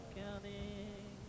counting